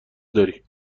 داری